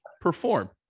perform